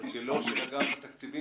התקציבים